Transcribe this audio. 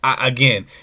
Again